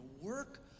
work